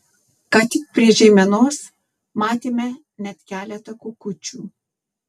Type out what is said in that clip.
ką tik prie žeimenos matėme net keletą kukučių